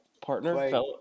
Partner